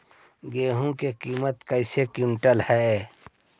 गेहू के किमत कैसे क्विंटल है?